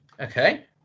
okay